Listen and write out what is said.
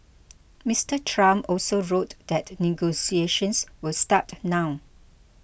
Mister Trump also wrote that negotiations will start now